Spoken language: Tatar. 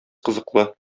кызыклы